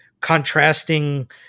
contrasting